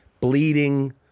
bleeding